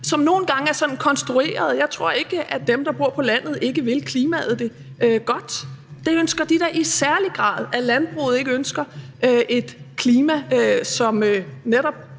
som nogle gange er sådan konstruerede. Jeg tror ikke, at dem, der bor på landet, ikke vil klimaet det godt – det ønsker de da i særlig grad – at landbruget ikke ønsker et klima, så man netop